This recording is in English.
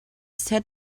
set